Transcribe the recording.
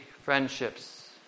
friendships